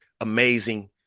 amazing